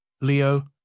Leo